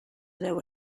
deu